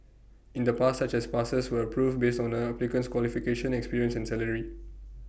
in the past such passes were approved based on A applicant's qualifications experience and salary